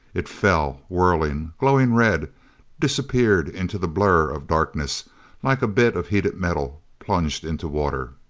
it fell, whirling, glowing red disappeared into the blur of darkness like a bit of heated metal plunged into water.